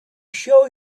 show